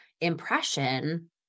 impression